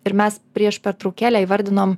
ir mes prieš pertraukėlę įvardinom